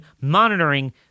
monitoring